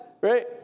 right